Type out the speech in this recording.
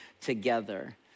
together